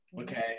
okay